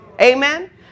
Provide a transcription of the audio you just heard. Amen